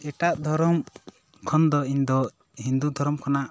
ᱮᱴᱟᱜ ᱫᱷᱚᱨᱚᱢ ᱠᱷᱚᱱ ᱫᱚ ᱤᱧ ᱫᱚ ᱦᱤᱱᱫᱩ ᱫᱷᱚᱨᱚᱢ ᱠᱷᱚᱱᱟᱜ